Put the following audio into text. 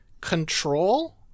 control